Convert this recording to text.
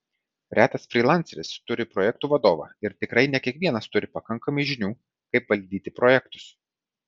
retas frylanceris turi projektų vadovą ir tikrai ne kiekvienas turi pakankamai žinių kaip valdyti projektus